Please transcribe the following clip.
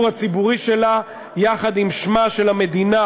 הציבורי שלה יחד עם שמה של המדינה,